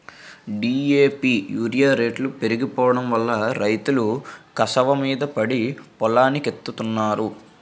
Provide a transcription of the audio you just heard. DAP urea రేట్లు పెరిగిపోడంవల్ల రైతులు కసవమీద పడి పొలానికెత్తన్నారు